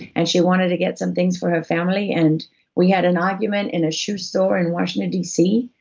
and she wanted to get some things for her family, and we had an argument in a shoe store in washington d c,